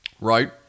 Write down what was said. Right